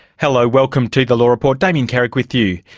hello, welcome to the law report, damien carrick with you.